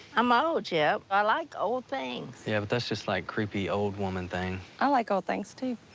i'm old, jep. i like old things. yeah, but that's just, like, creepy old woman thing. i like old things, too.